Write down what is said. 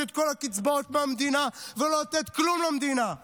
את כל הקצבאות מהמדינה ולא לתת כלום למדינה,